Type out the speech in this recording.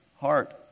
heart